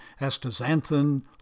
astaxanthin